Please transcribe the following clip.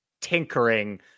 tinkering